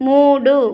మూడు